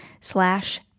slash